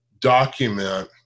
document